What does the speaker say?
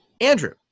Andrew